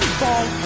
fall